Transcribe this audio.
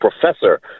Professor